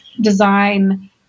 design